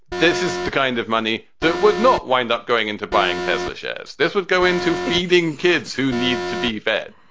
this is the kind of money that would not wind up going into buying tesla shares. this would go into feeding kids who need to be fed